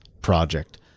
project